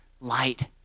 light